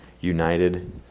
united